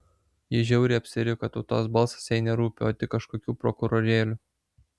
ji žiauriai apsiriko tautos balsas jai nerūpi o tik kažkokių prokurorėlių